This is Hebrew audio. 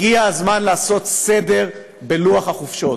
הגיע הזמן לעשות סדר בלוח החופשות,